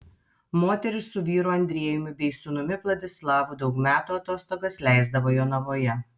moteris su vyru andrejumi bei sūnumi vladislavu daug metų atostogas leisdavo jonavoje